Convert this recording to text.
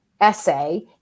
essay